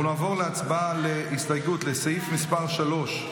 אנחנו נעבור להצבעה על הסתייגות לסעיף מס' 3,